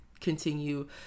Continue